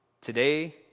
Today